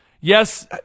Yes